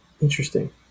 interesting